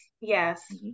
yes